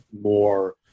more